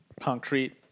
concrete